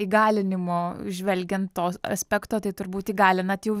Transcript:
įgalinimo žvelgiant to aspekto tai turbūt įgalinat jau